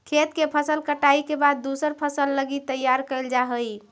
खेत के फसल कटाई के बाद दूसर फसल लगी तैयार कैल जा हइ